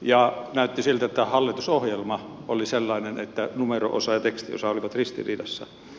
ja näytti siltä että hallitusohjelma oli sellainen että numero osa ja tekstiosa olivat keskenään ristiriidassa